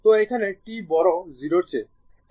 তো এখানে t বড় 0 এর চেয়ে